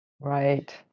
Right